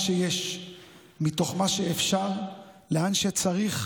נחלק את מה שיש מתוך מה שאפשר לאן שצריך,